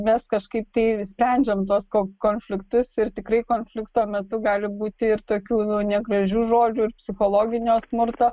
mes kažkaip tai sprendžiam tuos ko konfliktus ir tikrai konflikto metu gali būti ir tokių nu negražių žodžių ir psichologinio smurto